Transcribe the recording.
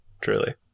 truly